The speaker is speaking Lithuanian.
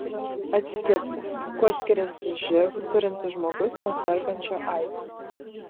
atskirti kuo skiriasi živ turintis žmogus nuo sergančio aids